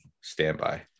standby